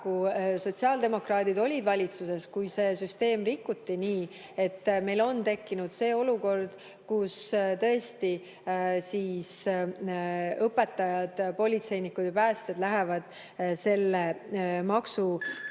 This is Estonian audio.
ka sotsiaaldemokraadid valitsuses, kui see süsteem rikuti, nii et meil on tekkinud olukord, kus tõesti õpetajad, politseinikud ja päästjad lähevad selle maksuküüru